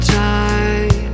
time